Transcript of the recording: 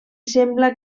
sembla